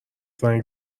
زنگ